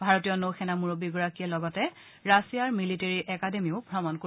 ভাৰতীয় নৌ সেনা মুৰববীগৰাকীয়ে লগতে ৰাছিয়াৰ মিলিটেৰী একাডেমীও ভ্ৰমণ কৰিব